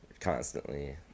constantly